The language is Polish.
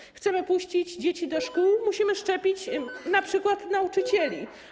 Jeśli chcemy puścić dzieci do szkół, musimy szczepić np. nauczycieli.